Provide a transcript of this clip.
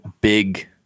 big